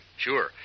Sure